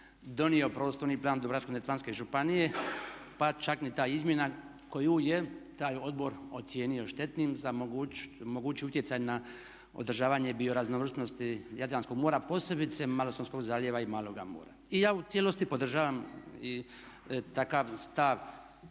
donio prostorni plan Dubrovačko-neretvanske županije pa čak ni ta izmjena koju je taj odbor ocijenio štetnim za mogući utjecaj na održavanje bioraznovrsnosti Jadranskog mora posebice Malostonskog zaljeva i Maloga Mora. I ja u cijelosti podržavam i takav stav